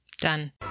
done